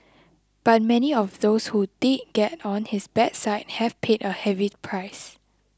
but many of those who did get on his bad side have paid a heavy price